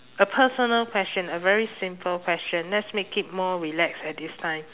a personal question a very simple question let's make it more relaxed at this time